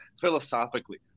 philosophically